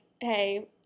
hey